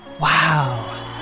Wow